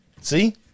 See